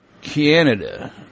Canada